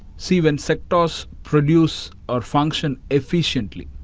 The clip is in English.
see, when sectors produce or function efficiently,